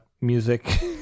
music